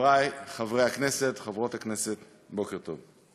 חברי חברי הכנסת, חברות הכנסת, בוקר טוב.